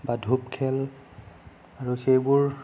বা ধুপ খেল আৰু সেইবোৰ